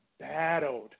battled